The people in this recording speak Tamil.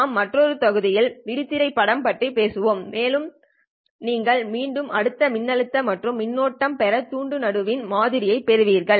நாம் மற்றொரு தொகுதியில் விழித்திரை படங்கள் பற்றி பேசுவோம் மேலும் நீங்கள் மீண்டும் அடுத்த மின்னழுத்தம் அல்லது மின்னோட்டத்தை பெற துண்டு நடுவில் மாதிரியை பெறுவீர்கள்